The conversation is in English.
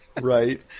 Right